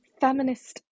feminist